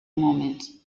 moment